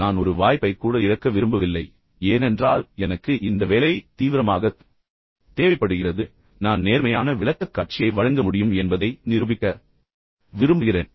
நான் ஒரு வாய்ப்பைக் கூட இழக்க விரும்பவில்லை ஏனென்றால் எனக்கு இந்த வேலை மிகவும் தீவிரமாகத் தேவைப்படுகிறது மேலும் நான் மிகவும் உண்மையான மற்றும் நேர்மையான விளக்கக்காட்சியை வழங்க முடியும் என்பதை உங்களுக்கு நிரூபிக்க விரும்புகிறேன்